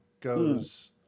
goes